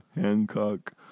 Hancock